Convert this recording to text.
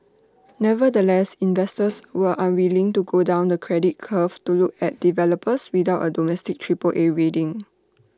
nevertheless investors were unwilling to go down the credit curve to look at developers without A domestic Triple A rating